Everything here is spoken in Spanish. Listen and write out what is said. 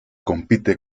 compite